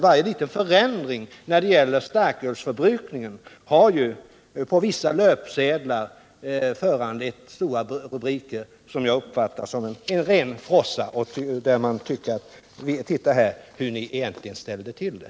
Varje liten förändring i starkölsförbrukningen blir på vissa löpsedlar stora rubriker, som jag uppfattar som sensationsmakeri, där man tycks vilja säga: Titta här hur ni egentligen ställde till det!